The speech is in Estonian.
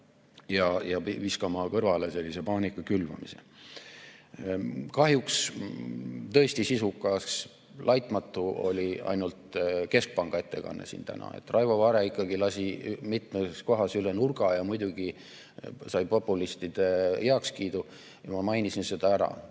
ja viskama kõrvale sellise paanika külvamise. Kahjuks tõesti sisukas, laitmatu oli ainult keskpanga ettekanne siin täna. Raivo Vare ikkagi lasi mitmes kohas üle nurga ja muidugi sai populistide heakskiidu. Ma mainisin seda ära,